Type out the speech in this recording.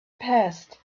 passed